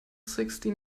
sixty